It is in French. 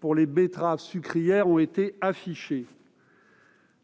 pour les betteraves sucrières ont été affichées.